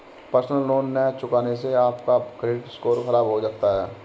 personal loan न चुकाने से आप का क्रेडिट स्कोर खराब हो सकता है